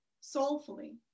soulfully